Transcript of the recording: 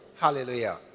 Hallelujah